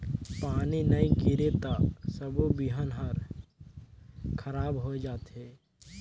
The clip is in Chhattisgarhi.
पानी नई गिरे त सबो बिहन हर खराब होए जथे